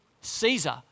Caesar